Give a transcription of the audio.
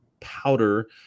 powder